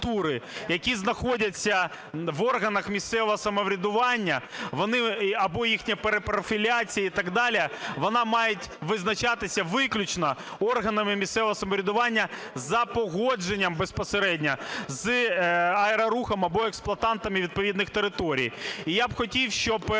я б хотів, щоб